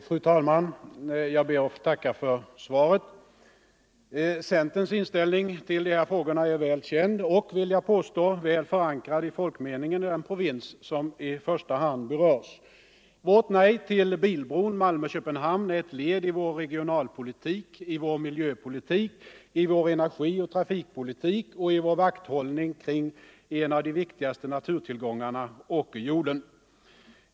Fru talman! Jag ber att få tacka för svaret. Centerns inställning till de här frågorna är väl känd och — vill jag påstå — väl förankrad i folkmeningen i den provins som i första hand berörs. Vårt nej till bilbron Malmö-Köpenhamn är ett led i vår regionalpolitik, i vår miljöpolitik, i vår energioch trafikpolitik och i vår vakthållning kring en av våra viktigaste naturtillgångar, åkerjorden.